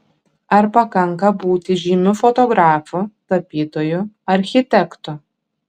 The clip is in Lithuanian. ar pakanka būti žymiu fotografu tapytoju architektu